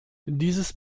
dieses